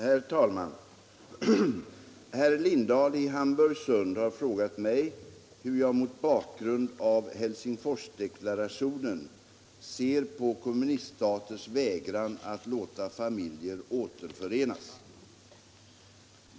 Herr talman! Herr Lindahl i Hamburgsund har frågat mig hur jag mot bakgrund av Helsingforsdeklarationen ser på kommuniststaters vägran att låta familjer återförenas.